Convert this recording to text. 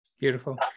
beautiful